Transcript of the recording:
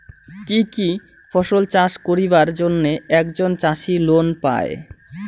কি কি ফসল চাষ করিবার জন্যে একজন চাষী লোন পায়?